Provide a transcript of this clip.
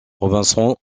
robinson